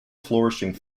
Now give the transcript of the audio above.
flourishing